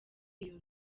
iyo